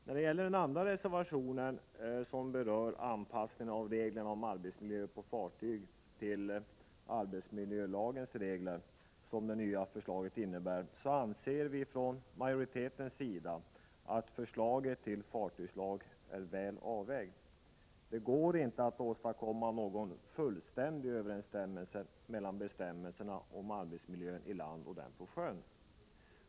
När det gäller den andra reservationen, som berör anpassningen av reglerna om arbetsmiljön på fartyg till arbetsmiljölagens regler, som det nya förslaget innebär, anser vi från majoritetens sida att förslaget till fartygssäkerhetslag är väl avvägt. Det går inte att åstadkomma någon fullständig överensstämmelse mellan bestämmelserna om arbetsmiljön i land och dem på sjön.